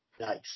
Nice